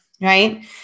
right